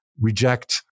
reject